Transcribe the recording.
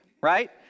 right